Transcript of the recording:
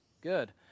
good